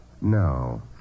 No